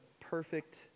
perfect